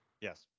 yes